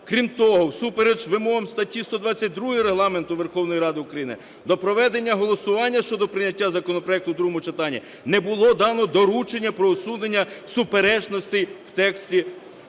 Крім того, всупереч вимогам статті 122 Регламенту Верховної Ради України до проведення голосування щодо прийняття законопроекту в другому читанні не було дано доручення про усунення суперечностей в тексті